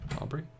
Aubrey